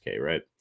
right